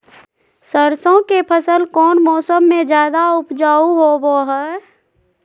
सरसों के फसल कौन मौसम में ज्यादा उपजाऊ होबो हय?